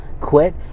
quit